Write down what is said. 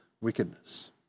wickedness